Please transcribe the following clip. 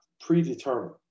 predetermined